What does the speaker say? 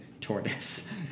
tortoise